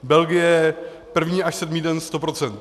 Belgie první až sedmý den 100 %.